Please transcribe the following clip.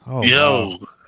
Yo